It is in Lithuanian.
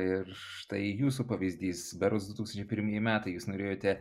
ir štai jūsų pavyzdys berods du tūkstančiai pirmieji metai jūs norėjote